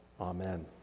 Amen